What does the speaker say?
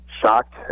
shocked